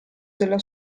della